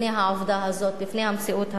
העובדה הזאת, על המציאות הזאת?